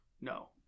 No